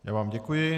Já vám děkuji.